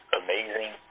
amazing